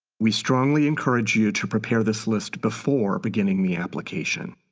we strongly encourage you to prepare this list before beginning the application.